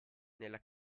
nella